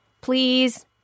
please